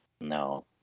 No